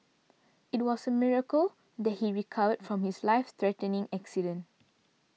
it was a miracle that he recovered from his life threatening accident